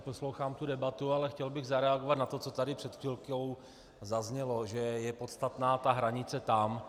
Poslouchám debatu, ale chtěl bych zareagovat na to, co tady před chvilkou zaznělo, že je podstatná ta hranice tam.